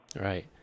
Right